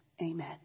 amen